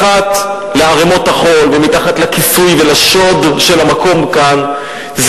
מתחת לערימות החול ומתחת לכיסוי ולשוד של המקום כאן,